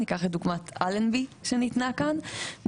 ניקח את דוגמת אלנבי שניתנה כאן,